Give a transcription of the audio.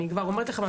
אני כבר אומרת לכם.